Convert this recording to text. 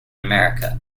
america